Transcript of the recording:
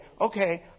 okay